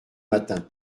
matin